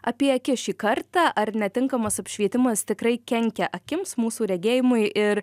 apie akis šį kartą ar netinkamas apšvietimas tikrai kenkia akims mūsų regėjimui ir